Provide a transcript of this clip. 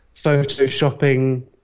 photoshopping